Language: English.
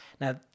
Now